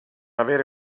avere